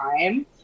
time